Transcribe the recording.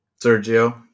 Sergio